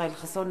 ישראל חסון,